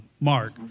mark